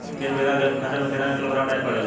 तीन बिघा गेहूँ के फसल मे कितना किलोग्राम डाई पड़ेला?